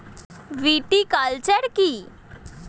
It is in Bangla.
ভিটিকালচার কী?